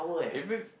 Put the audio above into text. if it's